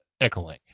Echolink